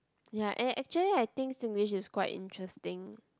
ya and actually I think Singlish is quite interesting